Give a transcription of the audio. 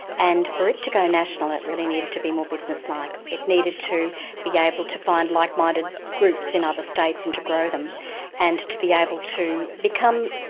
and for it to go national, it really needed to be more business-like it needed to be able to find likeminded groups in other states and to grow them and to be able to become,